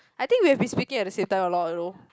I think we have been speaking at the same time a lot you know